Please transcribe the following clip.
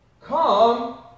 come